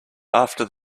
after